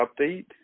update